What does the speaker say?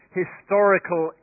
historical